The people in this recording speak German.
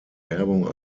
werbung